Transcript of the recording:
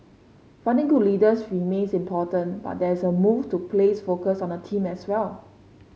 finding good leaders remains important but there is a move to place focus on the team as well